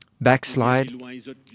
backslide